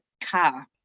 car